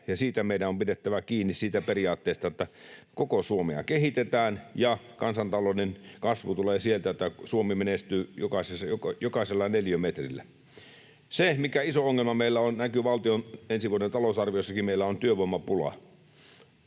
meidän on pidettävä kiinni, että koko Suomea kehitetään, ja kansantalouden kasvu tulee sieltä, että Suomi menestyy jokaisella neliömetrillä. Se, mikä iso ongelma meillä on — näkyy valtion ensi vuoden talousarviossakin — on se, että meillä on työvoimapula.